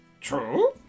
True